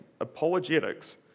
apologetics